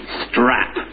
strap